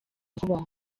vuba